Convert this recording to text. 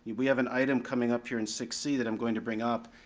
we have an item coming up here in six c that i'm going to bring up,